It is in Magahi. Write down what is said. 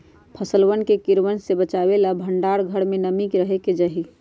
फसलवन के कीड़वन से बचावे ला भंडार घर में नमी के कमी रहे के चहि